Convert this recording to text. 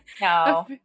No